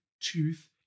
tooth